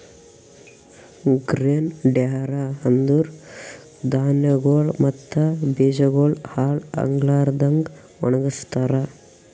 grain dryer ಅಂದುರ್ ಧಾನ್ಯಗೊಳ್ ಮತ್ತ ಬೀಜಗೊಳ್ ಹಾಳ್ ಆಗ್ಲಾರದಂಗ್ ಒಣಗಸ್ತಾರ್